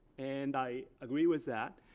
and i agree with that.